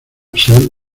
ser